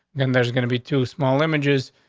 then there's gonna be too small images.